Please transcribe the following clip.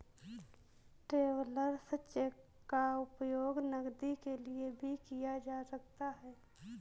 travellers cheque का उपयोग नकदी के लिए भी किया जा सकता है